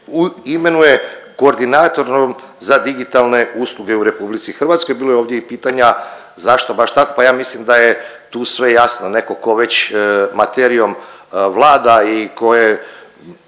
imenuje koordinatorom za digitalne usluge u Republici Hrvatskoj. Bilo je ovdje i pitanja zašto baš tako. Pa ja mislim da je tu sve jasno. Netko tko već materijom vlada i tko je